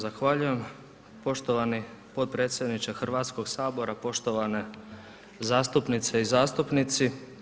Zahvaljujem poštovani potpredsjedniče Hrvatskog sabora, poštovane zastupnice i zastupnici.